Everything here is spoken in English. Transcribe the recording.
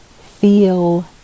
Feel